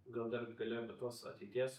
gal dar gali apie tuos ateities